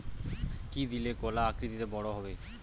কি দিলে কলা আকৃতিতে বড় হবে?